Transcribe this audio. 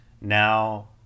Now